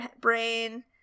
brain